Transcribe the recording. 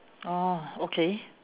oh okay